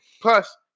plus